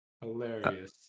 Hilarious